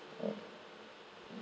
mm